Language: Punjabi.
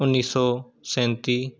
ਉੱਨੀ ਸੌ ਸੈਂਤੀ